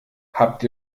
habt